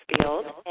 field